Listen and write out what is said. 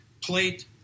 plate